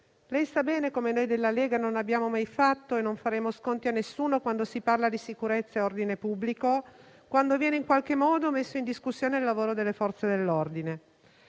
lei sa bene che noi della Lega non abbiamo mai fatto e non faremo sconti a nessuno quando si parla di sicurezza e ordine pubblico, quando viene in qualche modo messo in discussione il lavoro delle Forze dell'ordine.